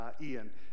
Ian